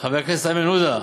חבר הכנסת איימן עודה,